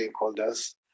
stakeholders